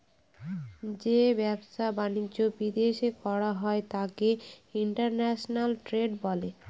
যে ব্যবসা বাণিজ্য বিদেশ করা হয় তাকে ইন্টারন্যাশনাল ট্রেড বলে